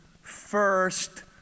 first